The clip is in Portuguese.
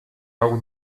algo